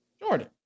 Jordan